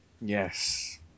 Yes